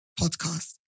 podcast